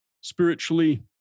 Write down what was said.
spiritually